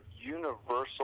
universal